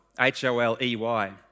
H-O-L-E-Y